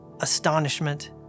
astonishment